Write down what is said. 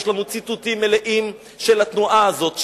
יש לנו ציטוטים מלאים של התנועה הזאת,